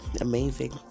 amazing